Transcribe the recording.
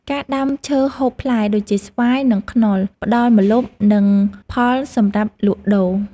ការដាំឈើហូបផ្លែដូចជា ស្វាយ និងខ្នុរ ផ្តល់ម្លប់ និងផលសម្រាប់លក់ដូរ។